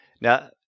now